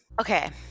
Okay